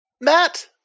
Matt